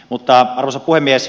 arvoisa puhemies